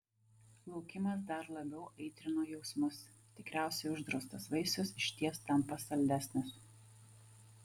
laukimas dar labiau aitrino jausmus tikriausiai uždraustas vaisius išties tampa saldesnis